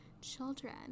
children